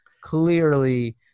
clearly